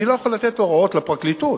אני לא יכול לתת הוראות לפרקליטות,